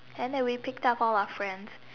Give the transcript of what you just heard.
and then we picked up all our friends